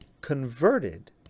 converted